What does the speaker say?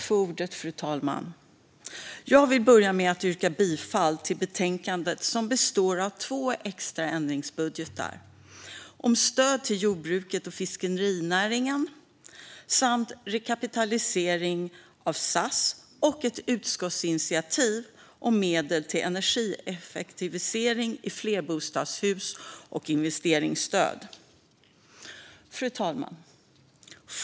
Fru talman! Jag vill börja med att yrka bifall till förslaget i betänkandet, som består av två extraändringsbudgetar. Det handlar om stöd till jordbruket och fiskenäringen, rekapitalisering av SAS samt ett utskottsinitiativ om medel till energieffektivisering i flerbostadshus och investeringsstöd. Fru talman!